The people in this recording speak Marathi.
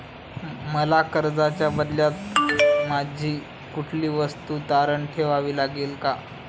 मला कर्जाच्या बदल्यात माझी कुठली वस्तू तारण ठेवावी लागेल का?